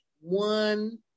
One